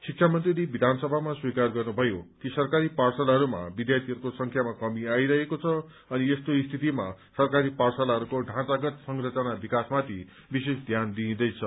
शिक्षा मन्त्रीले विधानसभामा स्वीकार गर्नुभयो कि सरकारी पाठशालाहरूमा विद्यार्थीहरूको संख्यामा कमी आइरहेको छ अनि यस्तो स्थितिमा सरकारी पाठशालाहरूको ढाँचागत संरचना विकासमाथि विशेष ध्यान दिइन्दैछ